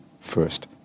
first